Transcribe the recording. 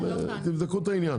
תבדקו את העניין.